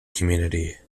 community